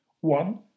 One